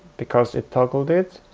because it toggled it,